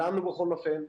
לנו בכל אופן.